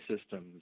systems